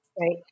right